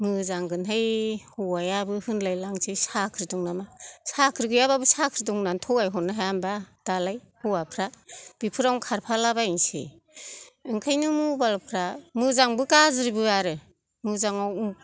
मोजांगोनहाय हौवायाबो होनलायलांसै साख्रि दं नामा साख्रि गैयाबाबो साख्रि दं होन्नानै थगायहरनो हाया होमबा दालाय हौवाफ्रा बेफोरावनो खारफालाबायसै ओंखायनो मबाइल फ्रा मोजांबो गाज्रिबो आरो मोजाङाव